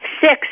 Six